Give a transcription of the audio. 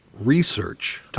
research